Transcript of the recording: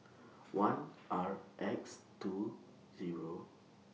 one R X two Zero